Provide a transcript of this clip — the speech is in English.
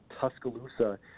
Tuscaloosa